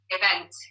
event